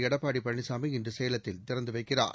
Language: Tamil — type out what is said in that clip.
எடப்பாடி பழனிசாமி இன்று சேலத்தில் திறந்து வைக்கிறார்